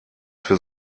für